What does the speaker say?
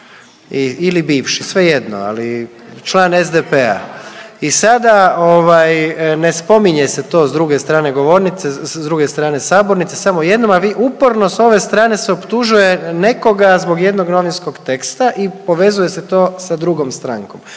ili bivši, svejedno ali član SDP-a. I sada ne spominje se to s druge strane govornice, s druge strane sabornice samo jednom, a vi uporno sa ove strane se optužuje nekoga zbog jednog novinskog teksta i povezuje se to sa drugom strankom.